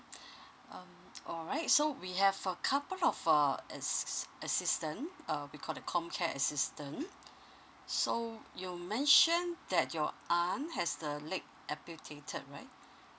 uh alright so we have a couple of uh assistant uh we call it com care assistant so you mentioned that your aunt has the leg amputated right